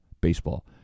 baseball